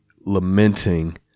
lamenting